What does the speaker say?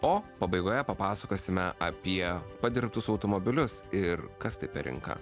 o pabaigoje papasakosime apie padirbtus automobilius ir kas tai per rinka